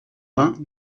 vingt